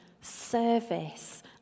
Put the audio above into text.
service